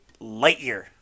Lightyear